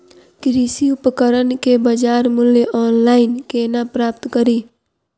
कृषि उपकरण केँ बजार मूल्य ऑनलाइन केना प्राप्त कड़ी?